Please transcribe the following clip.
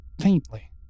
Faintly